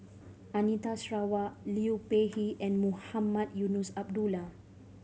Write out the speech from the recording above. Anita Sarawak Liu Peihe and Mohamed Eunos Abdullah